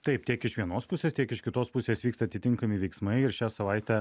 taip tiek iš vienos pusės tiek iš kitos pusės vyksta atitinkami veiksmai ir šią savaitę